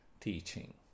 teaching